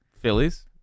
Phillies